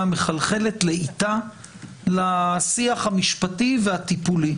מחלחלת לאיטה לשיח המשפטי והטיפולי,